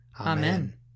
Amen